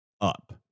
up